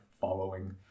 following